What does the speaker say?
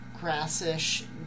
grassish